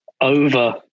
over